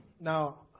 Now